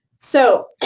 so,